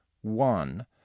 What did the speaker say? one